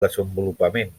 desenvolupament